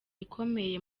ikomeye